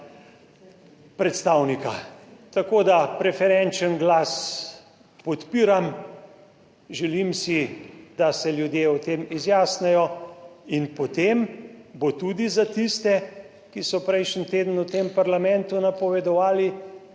predstavnika. Tako, da preferenčni glas podpiram, želim si, da se ljudje o tem izjasnijo in potem bo tudi za tiste, ki so prejšnji teden v tem parlamentu napovedovali,